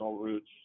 routes